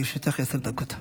לרשותך עשר דקות.